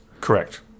correct